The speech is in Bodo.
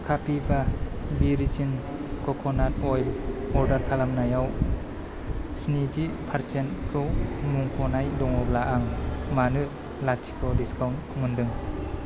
कापिवा बारजिन कक'नाट अइलखौ अर्डार खालामनायाव स्निजि पारसेन्टखौ मुंख'नाय दङब्ला आं मानो लाथिख' डिसकाउन्ट मोनदों